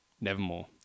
Nevermore